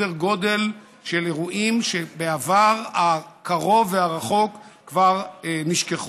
אירועים בסדר גודל שבעבר הקרוב והרחוק כבר נשכח.